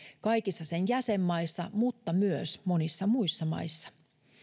kaikissa sen jäsenmaissa mutta myös monissa muissa maissa